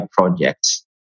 projects